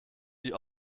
die